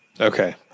Okay